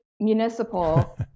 municipal